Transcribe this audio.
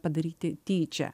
padaryti tyčia